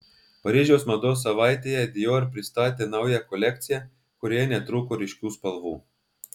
paryžiaus mados savaitėje dior pristatė naują kolekciją kurioje netrūko ryškių spalvų